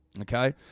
Okay